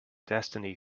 destiny